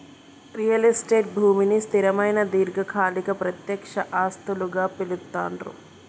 real estate భూమిని స్థిరమైన దీర్ఘకాలిక ప్రత్యక్ష ఆస్తులుగా పిలుత్తాండ్లు